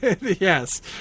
Yes